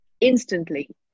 instantly